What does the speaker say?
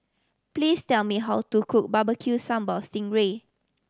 please tell me how to cook Barbecue Sambal sting ray